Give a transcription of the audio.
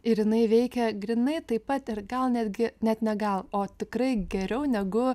ir jinai veikia grynai taip pat ir gal netgi net ne gal o tikrai geriau negu